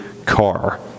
car